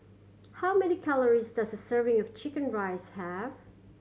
how many calories does a serving of chicken rice have